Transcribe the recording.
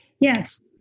Yes